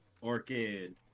Orchid